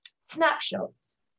snapshots